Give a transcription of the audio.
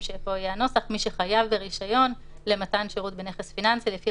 מי שחייב ברישיון למתן שירות בנכס פיננסי לפי